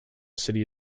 city